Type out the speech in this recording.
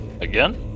Again